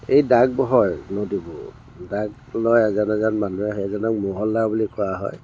এই দাগ হয় নদীবোৰত দাগ লয় এজন এজন মানুহে সেইজনক মহলদাৰ বুলি কোৱা হয়